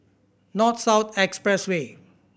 North South Expressway